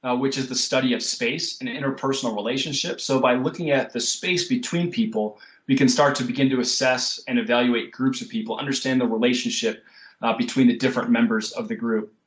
ah which is the study of space and interpersonal relationships, so by looking at the space between people we can start to begin to assess and evaluate groups of people, understand the relationship ah between between the different members of the group.